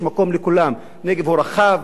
הנגב הוא רחב.